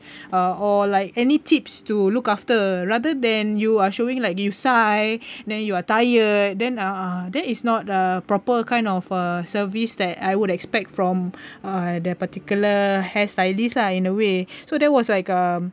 uh or like any tips to look after rather than you are showing like you sigh then you are tired then ah that is not a proper kind of a service that I would expect from uh that particular hair stylist lah in a way so that was like um